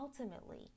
ultimately